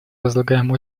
возлагаем